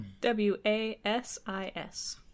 W-A-S-I-S